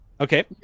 Okay